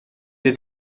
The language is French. êtes